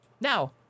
Now